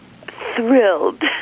thrilled